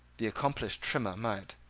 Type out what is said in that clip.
the accomplished trimmer might,